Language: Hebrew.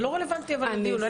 זה לא רלוונטי לדיון.